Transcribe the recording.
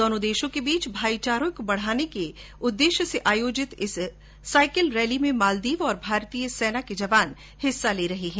दोनो देशों के बीच भाईचारें के बढाने के लिये आयोजित इस रैली में मालदीव और भारतीय सेना के जवान हिस्सा ले रहे है